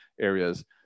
areas